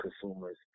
consumers